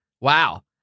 wow